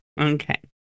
Okay